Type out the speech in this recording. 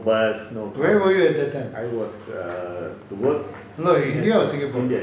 where were you at that time no india or singapore